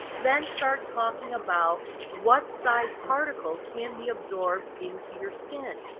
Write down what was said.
then start talking about what size particle can be absorbed into your skin.